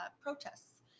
protests